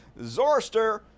Zorster